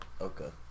Okay